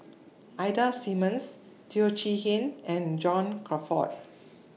Ida Simmons Teo Chee Hean and John Crawfurd